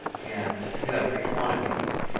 and you can do that for each one of these.